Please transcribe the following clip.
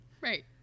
Right